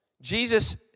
Jesus